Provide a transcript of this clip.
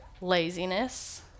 laziness